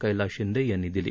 कैलास शिंदे यांनी दिली